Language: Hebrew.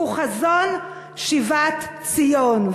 הוא חזון שיבת ציון.